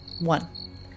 one